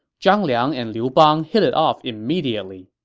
zhang liang and liu bang hit it off immediately.